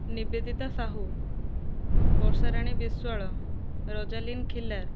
Nivedita Sahu Barsharani Biswal Rojalin Khilar